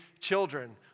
children